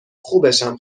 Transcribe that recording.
خوبشم